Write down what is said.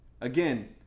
Again